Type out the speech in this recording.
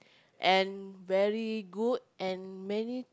and very good and many